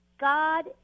God